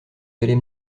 allez